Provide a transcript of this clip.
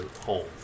home